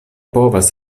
povas